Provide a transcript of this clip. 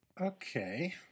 Okay